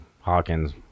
hawkins